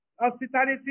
hospitality